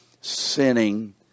sinning